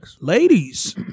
Ladies